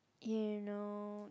you know